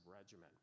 regimen